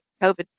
COVID